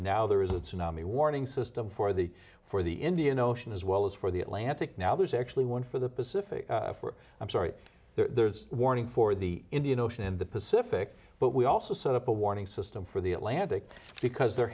now there is a tsunami warning system for the for the indian ocean as well as for the atlantic now there's actually one for the pacific for i'm sorry there's a warning for the indian ocean in the pacific but we also saw up a warning system for the atlantic because there